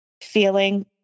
feeling